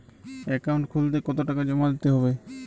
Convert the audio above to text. Account খুলতে কতো টাকা জমা দিতে হবে?